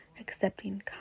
accepting